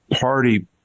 party